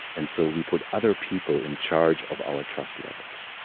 and so we put other people in charge of our trust levels.